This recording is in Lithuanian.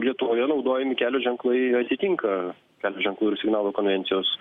lietuvoje naudojami kelio ženklai atitinka ženklų ir signalų konvencijos